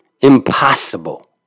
impossible